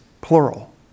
plural